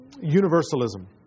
Universalism